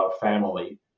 family